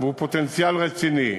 והוא פוטנציאל רציני,